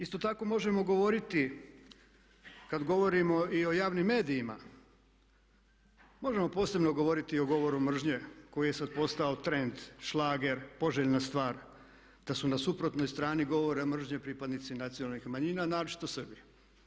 Isto tako možemo govoriti kad govorimo i o javnim medijima, možemo posebno govoriti o govoru mržnje koji je sad postao trend, šlager, poželjna stvar da su na suprotnoj strani govora mržnje pripadnici nacionalnih manjina naročito Srbi.